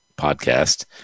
podcast